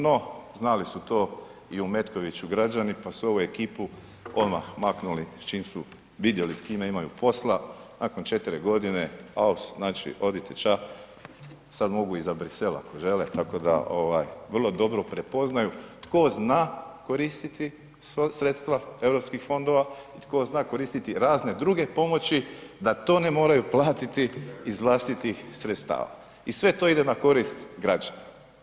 No, znali su to i u Metkoviću građani pa su ovu ekipu odmah maknuli čim su vidjeli s kime imaju posla, nakon 4 godine aus znači odite ća, sad mogu i za Bruxelles ako žele, tako da ovaj vrlo dobro prepoznaju tko zna koristiti sredstva europskih fondova i tko zna koristiti razne druge pomoći da to ne moraju platiti iz vlastitih sredstava i sve to ide na korist građanima.